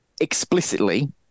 explicitly